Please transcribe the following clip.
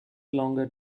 longer